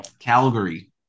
Calgary